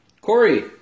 Corey